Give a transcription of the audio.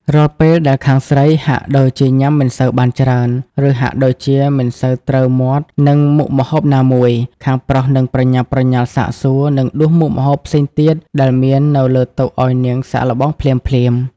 រាល់ពេលដែលខាងស្រីហាក់ដូចជាញ៉ាំមិនសូវបានច្រើន ឬហាក់ដូចជាមិនសូវត្រូវមាត់នឹងមុខម្ហូបណាមួយ ខាងប្រុសនឹងប្រញាប់ប្រញាល់សាកសួរ និងដួសមុខម្ហូបផ្សេងទៀតដែលមាននៅលើតុឱ្យនាងសាកល្បងភ្លាមៗ។